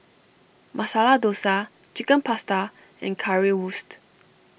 Masala Dosa Chicken Pasta and Currywurst